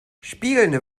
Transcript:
spiegelnde